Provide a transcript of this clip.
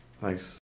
Thanks